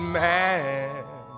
man